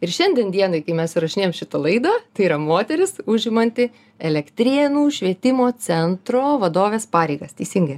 ir šiandien dienai kai mes įrašinėjam šitą laidą tai yra moteris užimanti elektrėnų švietimo centro vadovės pareigas teisingai